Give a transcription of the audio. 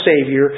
Savior